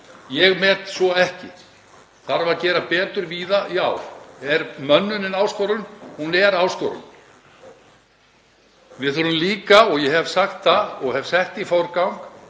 Ég met svo ekki. Þarf að gera betur víða? Já. Er mönnunin áskorun? Hún er áskorun. Við þurfum líka, og ég hef sagt það og sett í forgang,